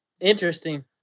Interesting